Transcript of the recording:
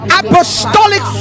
apostolic